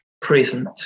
present